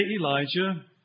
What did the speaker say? Elijah